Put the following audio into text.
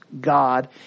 God